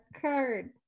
card